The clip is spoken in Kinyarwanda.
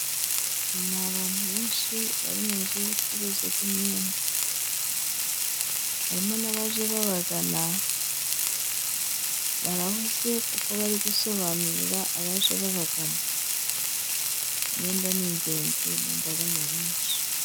Nabantu benshi bari mu inzu y'ubucuruzi bw'imyenda, harimo nabaje babagana barahuze kuko bari gusobanurira abaje babagana, imyenda nigenzi mu mbaga nyamwinshi.